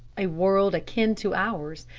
a world akin to ours,